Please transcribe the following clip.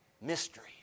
Mystery